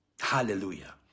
Hallelujah